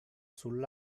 sul